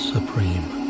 Supreme